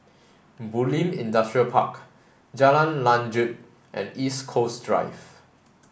Bulim Industrial Park Jalan Lanjut and East Coast Drive